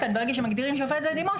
ברגע שמגדירים שופט בדימוס,